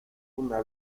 una